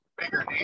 bigger